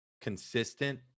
consistent